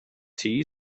tea